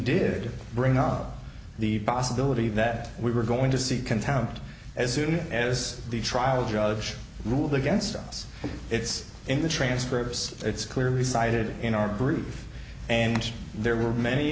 did bring up the possibility that we were going to see contempt as soon as the trial judge ruled against us it's in the transcripts it's clear resided in our proof and there were many